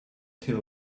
till